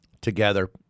Together